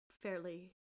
fairly